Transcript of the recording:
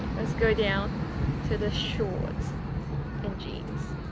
let's go down to the shorts and jeans